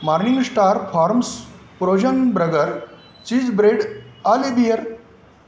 morning star farms frozen burger cheese bread आले beer